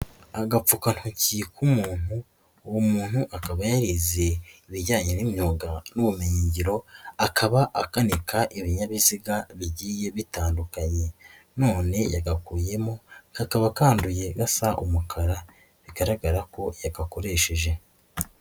Agapfukantoki k'umuntu, uwo muntu akaba yarize ibijyanye n'imyuga n'ubumenyingiro akaba akanika ibinyabiziga bigiye bitandukanye none yagakuyemo kakaba kanduye gasa umukara bigaragara ko yagakoresheje.